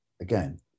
again